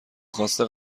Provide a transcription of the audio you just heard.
خواسته